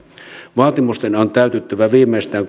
vaatimusten on täytyttävä viimeistään